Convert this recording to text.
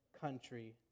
country